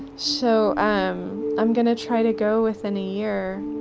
so i'm going to try to go within a year.